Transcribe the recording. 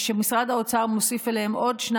ומשרד האוצר מוסיף עליהם עוד 2,